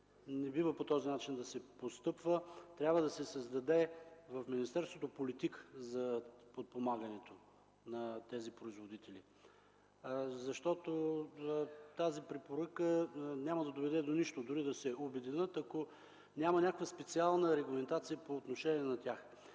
се постъпва по този начин. В министерството трябва да се създаде политика за подпомагане на тези производители, защото тази препоръка няма да доведе до нищо, дори те да се обединят, ако няма някаква специална регламентация по отношение на тях.